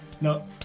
No